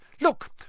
Look